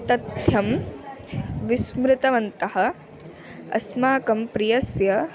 तथ्यं विस्मृतवन्तः अस्माकं प्रियस्य